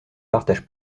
partage